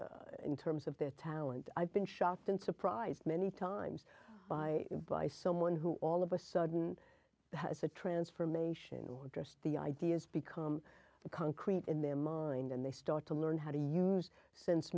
person in terms of their talent i've been shocked and surprised many times by by someone who all of a sudden has a transformation or just the ideas become concrete in their mind and they start to learn how to use s